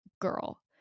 girl